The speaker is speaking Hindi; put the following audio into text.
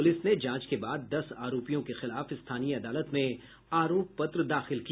पुलिस ने जांच के बाद दस आरोपियों के खिलाफ स्थानीय अदालत में आरोप पत्र दाखिल किया